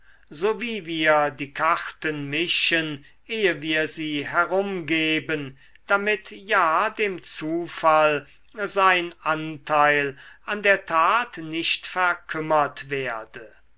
so wie wir die karten mischen eh wir sie herumgeben damit ja dem zufall sein anteil an der tat nicht verkümmert werde